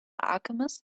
alchemist